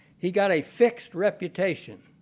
he got a fixed reputation,